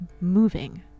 moving